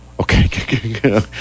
okay